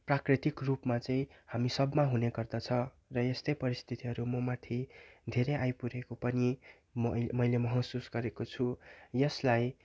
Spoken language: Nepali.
प्राकृतिक रूपमा चाहिँ हामी सबमा हुने गर्दछ र यस्तै परिस्थितिहरू ममाथि धेरै आइपरेको पनि मइ मैले महसुस गरेको छु यसलाई